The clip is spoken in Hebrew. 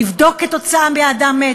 לבדוק כתוצאה ממה האדם מת,